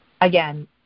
again